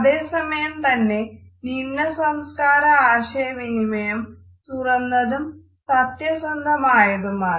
അതേ സമയം തന്നെ നിമ്നസംസ്കാര ആശയവിനിമയം തുറന്നതും സത്യസന്ധമായതുമാണ്